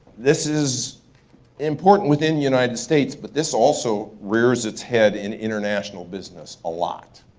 this is important within united states but this also rears it's head in international business a lot.